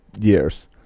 years